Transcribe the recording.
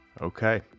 Okay